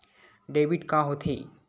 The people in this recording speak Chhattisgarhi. डेबिट का होथे?